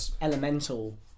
elemental